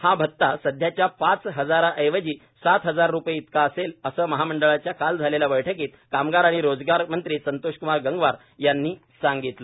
हा भत्ता सध्याच्या पाच हजारांऐवजी सात हजार पाचशे रुपये इतका असेल असं महामंडळाच्या काल झालेल्या बैठकीत कामगार आणि रोजगारमंत्री संतोष क्मार गंगवार यांनी सांगितलं